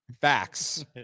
Facts